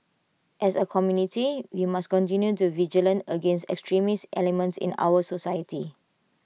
as A community we must continue to vigilant against extremist elements in our society